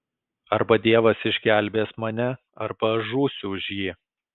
arba dievas išgelbės mane arba aš žūsiu už jį